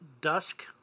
dusk